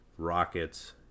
Rockets